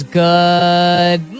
good